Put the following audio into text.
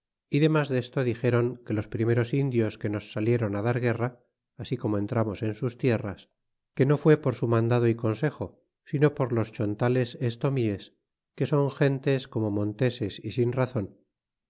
y demas desto dixéron que los primeros indios que nos salieron dar guerra así como entramos en sus tierras que no fué por su mandado y consejo sino por los chontales estomies que son gentes como monteses y sin razon